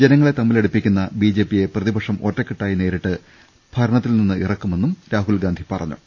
ജനങ്ങളെ തമ്മിലടിപ്പിക്കുന്ന ബിജെപിയെ പ്രതിപക്ഷം ഒറ്റ ക്കെട്ടായി നേരിട്ട് ഭരണത്തിൽനിന്ന് ഇറക്കുമെന്നും രാഹുൽഗാന്ധി പറ് ഞ്ഞു